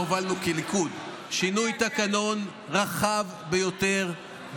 הובלנו שינוי תקנון רחב ביותר,